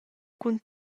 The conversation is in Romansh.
cun